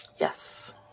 Yes